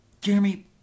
Jeremy